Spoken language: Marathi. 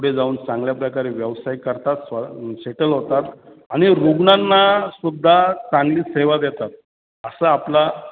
पुढे जाऊन चांगल्या प्रकारे व्यवसाय करतात स् सेटल होतात आणि रुग्णांना सुद्धा चांगली सेवा देतात असं आपला